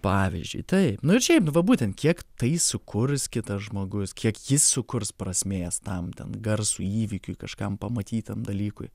pavyzdžiui taip nu ir šiaip nu va būtent kiek tai sukurs kitas žmogus kiek jis sukurs prasmės tam ten garsui įvykiui kažkam pamatytam dalykui